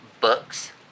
books